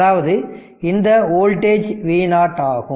அதாவது இந்த voltage V0 ஆகும்